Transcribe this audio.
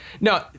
no